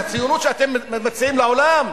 זו הציונות שאתם מציעים לעולם?